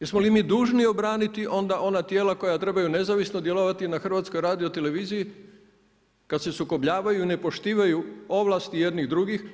Jesmo li mi dužni obraniti onda ona tijela koja trebaju nezavisno djelovati na HRT-u kada se sukobljavaju i nepoštivaju ovlasti jednih, drugih?